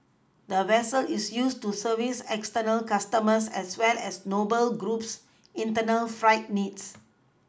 the vessel is used to service external customers as well as Noble Group's internal freight needs